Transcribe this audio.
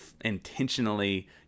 intentionally